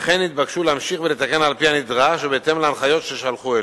וכן התבקשו להמשיך ולתקן על-פי הנדרש ובהתאם להנחיות ששלחו אליהם.